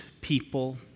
people